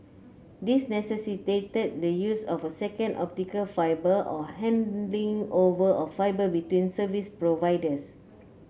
these necessitated the use of a second optical fibre or handing over of fibre between service providers